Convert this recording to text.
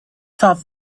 thought